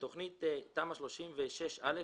ואילו תמ"א 36א'